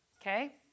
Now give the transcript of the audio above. Okay